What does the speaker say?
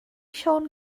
siôn